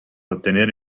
ottenere